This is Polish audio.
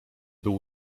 był